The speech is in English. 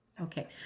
Okay